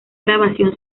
grabación